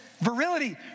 virility